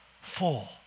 full